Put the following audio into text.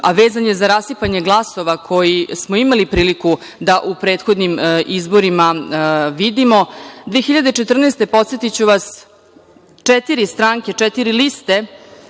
a vezan je za rasipanje glasove koje smo imali priliku da vidimo na prethodnim izborima. Godine 2014, podsetiću vas, četiri stranke, četiri liste